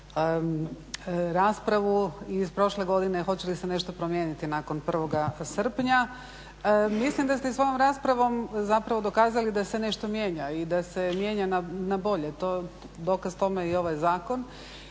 raspravu iz prošle godine, hoće li se nešto promijeniti nakon 1. srpnja. Mislim da ste svojom raspravom zapravo dokazali da s nešto mijenja i da se mijenja na bolje, dokaz tome je i ovaj Zakon.